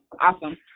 awesome